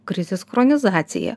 krizės chronizacija